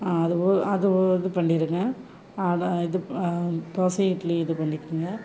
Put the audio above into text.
அது ஓ அது ஒ இது பண்ணிடுங்க அதை இது தோசை இட்லி இது பண்ணிக்கோங்க